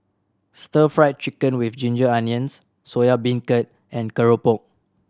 Stir Fry Chicken with ginger onions Soya Beancurd and keropok